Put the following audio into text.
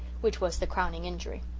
which was the crowning injury.